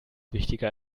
wichtiger